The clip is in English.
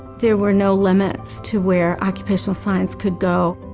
there were no limits to where occupational science could go.